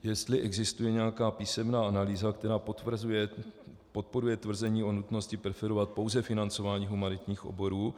Jestli existuje nějaká písemná analýza, která podporuje tvrzení o nutnosti preferovat pouze financování humanitních oborů.